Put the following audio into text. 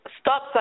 stop